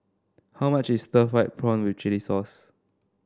how much is Stir Fried Prawn with Chili Sauce